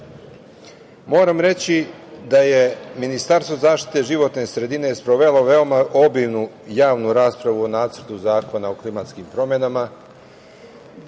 reći da je Ministarstvo zaštite životne sredine sprovelo veoma obimnu javnu raspravu o Nacrtu zakona o klimatskim promenama,